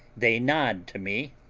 they nod to me,